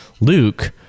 Luke